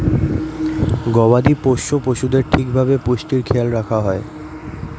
গবাদি পোষ্য পশুদের ঠিক ভাবে পুষ্টির খেয়াল রাখা হয়